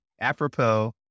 apropos